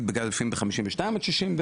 לפעמים ב 52 עד 62,